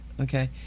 Okay